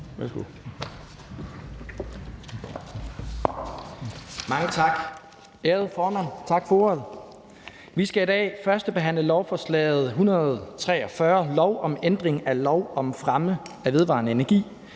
Mange tak. Ærede formand, tak for ordet! Vi skal i dag førstebehandle lovforslag L 143, lov om ændring af lov om fremme af vedvarende energi.